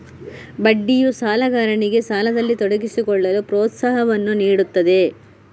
ಬಡ್ಡಿಯು ಸಾಲಗಾರನಿಗೆ ಸಾಲದಲ್ಲಿ ತೊಡಗಿಸಿಕೊಳ್ಳಲು ಪ್ರೋತ್ಸಾಹವನ್ನು ನೀಡುತ್ತದೆ